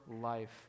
life